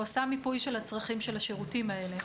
הוא עשה מיפוי של הצרכים של השירותים האלה.